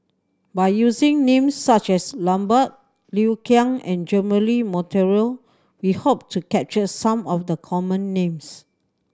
by using names such as Lambert Liu Kang and Jeremy Monteiro we hope to capture some of the common names